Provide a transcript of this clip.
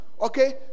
Okay